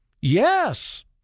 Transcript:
Yes